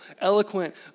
eloquent